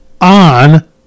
on